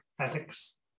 ethics